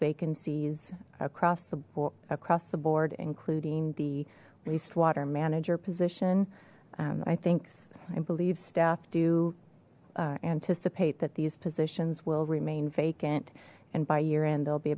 vacancies across the board across the board including the wastewater manager position i think i believe staff do anticipate that these positions will remain vacant and by year end there'll be